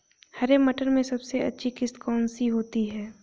हरे मटर में सबसे अच्छी किश्त कौन सी होती है?